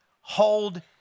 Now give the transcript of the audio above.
hold